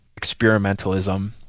experimentalism